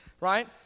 right